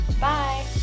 bye